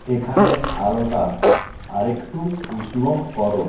এখানে আলোটা আরেকটু উষ্ণ করো